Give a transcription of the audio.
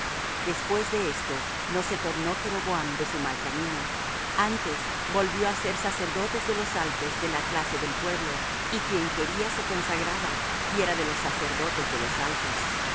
después de esto no se tornó jeroboam de su mal camino antes volvió á hacer sacerdotes de los altos de la clase del pueblo y quien quería se consagraba y era de los sacerdotes de los altos